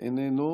איננו,